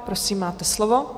Prosím, máte slovo.